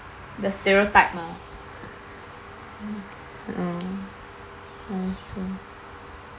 the stereotype mah mm